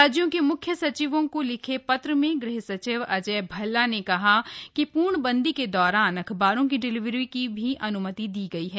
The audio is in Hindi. राज्यों के मुख्य सचिवों को लिखे पत्र में गृह सचिव अजय भल्ला ने कहा कि पूर्णबंदी के दौरान अखबारों की डिलीवरी की अन्मति दी गई है